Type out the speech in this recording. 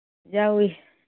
ꯌꯥꯎꯋꯤ